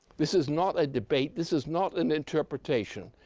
this is not a debate, this is not an interpretation,